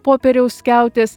popieriaus skiautės